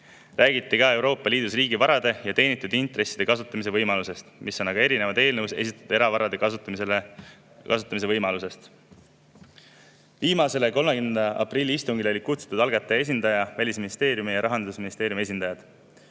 Räägiti ka Euroopa Liidus riigivarade ja teenitud intresside kasutamise võimalusest, mis erineb eelnõus esitatud eravarade kasutamise võimalusest. Viimasele, 30. aprilli istungile olid kutsutud [eelnõu] algataja esindaja ning Välisministeeriumi ja Rahandusministeeriumi esindajad.